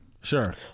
sure